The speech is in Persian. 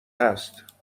هست